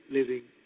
Living